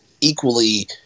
equally